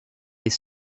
est